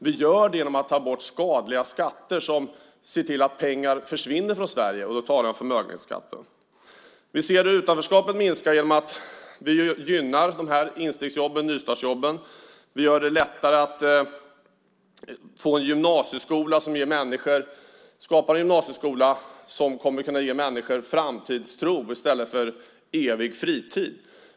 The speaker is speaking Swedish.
Vi gör det genom att ta bort skadliga skatter som ser till att pengar försvinner från Sverige. Då talar jag om förmögenhetsskatten. Vi ser utanförskapet minska genom att vi gynnar instegsjobben och nystartsjobben. Vi skapar en gymnasieskola som kommer att kunna ge människor framtidstro i stället för evig fritid.